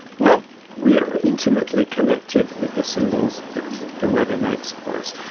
well we are intimately connected with the symbols that the weather makes for us.